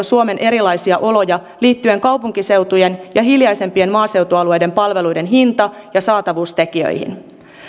suomen erilaisia oloja liittyen kaupunkiseutujen ja hiljaisempien maaseutualueiden palveluiden hinta ja saatavuustekijöihin